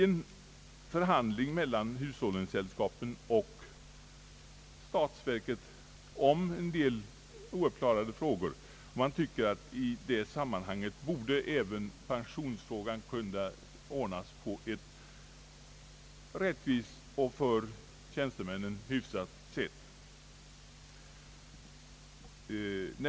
En förhandling mellan hushållningssällskapen och statsverket om en del ouppklarade frågor skall ju komma till stånd. Man tycker att även pensionsfrågan i det sammanhanget borde kunna ordnas på ett rättvist och för tjänstemännen hyfsat sätt.